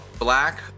Black